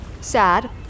Sad